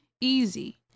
Easy